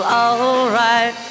alright